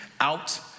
out